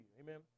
Amen